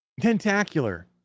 Tentacular